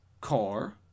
car